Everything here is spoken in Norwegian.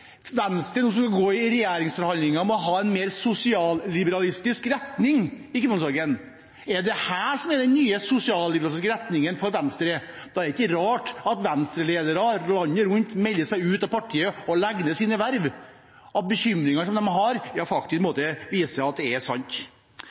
Venstre skal gå i regjeringsforhandlinger med å ha en mer sosialliberalistisk retning i kriminalomsorgen. Er det dette som er den nye sosialliberalistiske retningen for Venstre? Da er det ikke rart at Venstre-ledere landet rundt melder seg ut av partiet og legger ned sine verv på grunn av bekymringer de har – ja, det viser faktisk